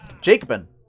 Jacobin